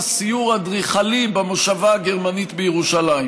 סיור אדריכלי במושבה הגרמנית בירושלים